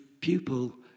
pupil